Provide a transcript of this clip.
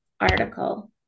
article